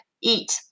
eat